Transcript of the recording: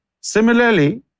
Similarly